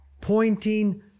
pointing